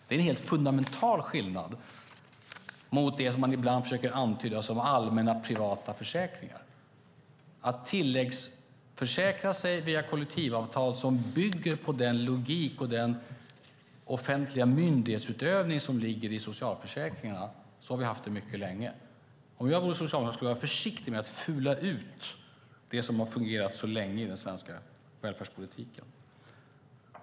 Det är en helt fundamental skillnad mot det man ibland försöker beskriva som allmänna, privata försäkringar. Att tilläggsförsäkra sig via kollektivavtal som bygger på den logik och den offentliga myndighetsutövning som ligger i socialförsäkringarna har vi haft mycket länge. Om jag vore socialdemokrat skulle jag vara försiktig med att "fula ut" det som har fungerat så länge i den svenska välfärdspolitiken.